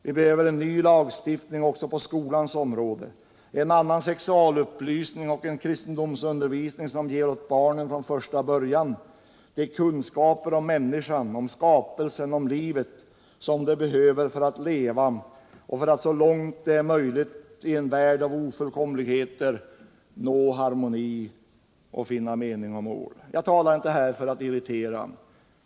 Vi behöver en ny lagstiftning också på skolans område, en annan sexualupplysning och en kristendomsundervisning, som från första början ger åt barnen de kunskaper om människan, om skapelsen och om livet som de behöver för att leva och för att så långt det är möjligt i en värld av ofullkomligheter nå harmoni samt finna mening och mål. Jag talar inte så här för att irritera.